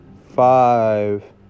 five